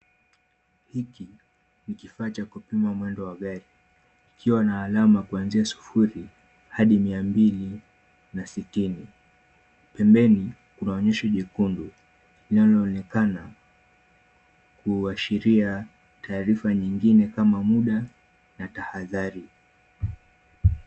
Hiki ni kifanya cha kupima mwendo wa gari, ikiwa na alama kuanzia sufuri hadi mia mbili na sitini. Pembeni, kuna onyesho jekundu, linaloonekana kuashiria taarifa nyingine kama muda, na tahadhari.